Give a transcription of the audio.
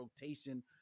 rotation